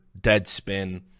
Deadspin